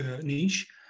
niche